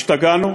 השתגענו?